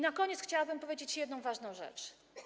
Na koniec chciałabym powiedzieć jedną ważną rzecz.